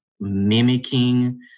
mimicking